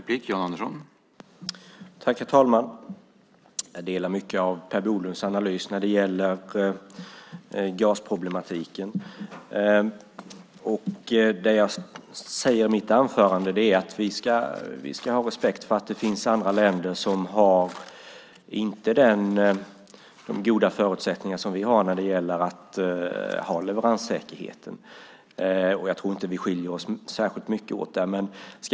Herr talman! Jag delar mycket av Per Bolunds analys när det gäller gasproblematiken. Jag säger i mitt anförande att vi ska ha respekt för att det finns länder som inte har de goda förutsättningar som vi har när det gäller leveranssäkerhet. Jag tror inte att vi skiljer oss särskilt mycket åt på den punkten.